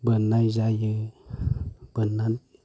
बोननाय जायो बोननानै